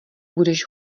budeš